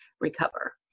recover